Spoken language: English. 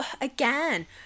again